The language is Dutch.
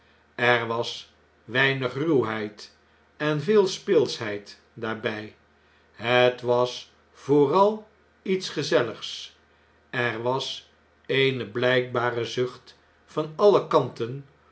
er was weinig ruwheid en veel speelschheid daarbjj het was vooral iets gezelligs er was eene bljjkbare zucht van alle kanten